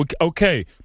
Okay